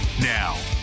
Now